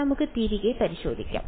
നമുക്ക് തിരികെ പരിശോധിക്കാം